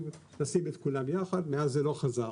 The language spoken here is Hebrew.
לשים את כולם יחד ומאז זה לא חזר..".